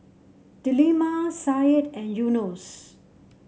Delima Said and Yunos